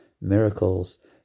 miracles